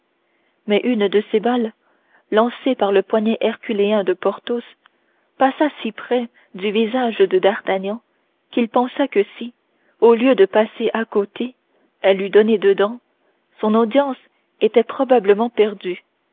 mais une de ces balles lancée par le poignet herculéen de porthos passa si près du visage de d'artagnan qu'il pensa que si au lieu de passer à côté elle eût donné dedans son audience était probablement perdue